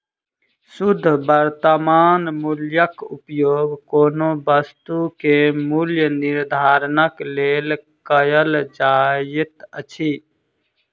शुद्ध वर्त्तमान मूल्यक उपयोग कोनो वस्तु के मूल्य निर्धारणक लेल कयल जाइत अछि